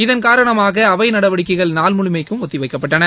இதன்காரணமாக அவைநடவடிக்கைகள் நாள் முழுமைக்கும் ஒத்திவைக்கப்பட்டன